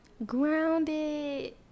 grounded